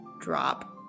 drop